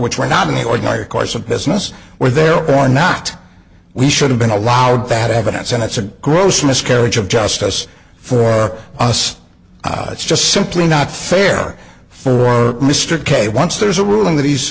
which were not in the ordinary course of business were there or not we should have been allowed bad evidence and it's a gross miscarriage of justice for us it's just simply not fair for mr k once there's a ruling that he's